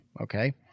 Okay